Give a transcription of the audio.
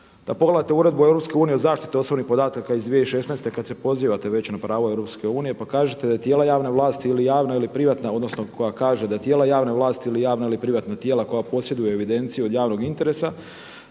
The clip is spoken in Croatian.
da pogledate Uredbu EU o zaštiti osobnih podataka iz 2016. kad se pozivate već na pravo EU, pa kažete da tijela javne vlasti ili javna ili privatna odnosno koja kaže da tijela javne vlasti